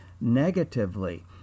negatively